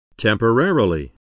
Temporarily